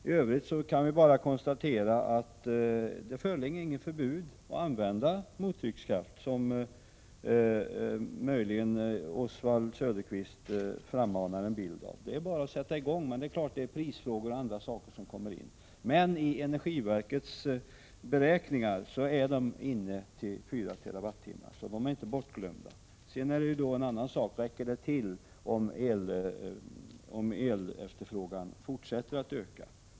I övrigt kan vi bara konstatera att det inte föreligger något förbud mot att använda mottryckskraft, något som Oswald Söderqvist möjligen försöker mana fram en bild av. Det är bara att sätta i gång. Men det är klart att prisfrågor och andra saker har betydelse i detta sammanhang. Enligt energiverkets 4 beräkningar skulle man som sagt med mottrycksanläggningar kunna producera 4 TWh, så dessa är inte bortglömda. Sedan är det en annan sak om det räcker till om efterfrågan på el fortsätter att öka.